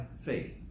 faith